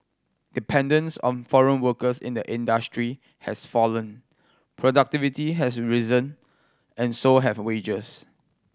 dependence on foreign workers in the industry has fallen productivity has risen and so have wages